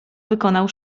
wykonał